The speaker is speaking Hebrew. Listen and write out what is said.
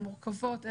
המורכבות,